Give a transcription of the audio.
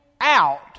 out